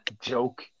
joke